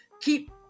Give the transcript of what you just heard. keep